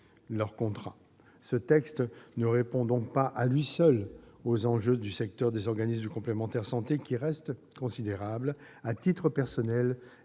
Ce texte ne répond donc pas à lui seul aux enjeux du secteur des organismes de complémentaire santé, qui restent considérables. À titre personnel, je souhaite